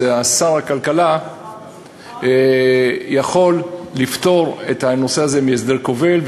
שר הכלכלה יכול לפטור את הנושא הזה מהסדר כובל.